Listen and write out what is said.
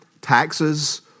taxes